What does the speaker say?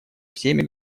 всеми